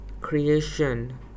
creation